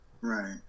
Right